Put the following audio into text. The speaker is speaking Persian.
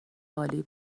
عالی